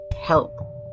Help